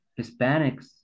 Hispanics